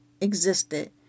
existed